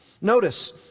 Notice